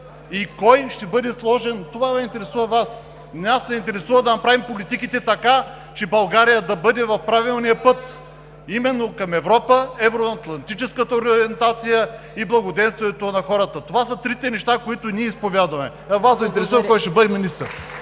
и кой ще бъде сложен – това Ви интересува Вас. Нас ни интересува да направим политиките така, че България да бъде в правилния път, а именно към Европа – евроатлантическата ориентация и благоденствието на хората. Това са трите неща, които ние изповядваме. А Вас Ви интересува кой ще бъде министър.